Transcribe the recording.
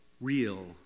real